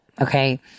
Okay